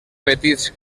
petits